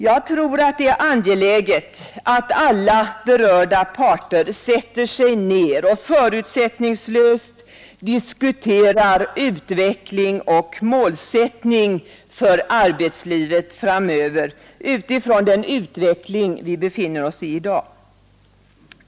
Jag tror det är angeläget att alla berörda parter sätter sig ner och förutsättningslöst diskuterar utveckling och målsättning för arbetslivet framöver med utgångspunkt i den utveckling vi i dag befinner oss i.